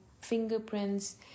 fingerprints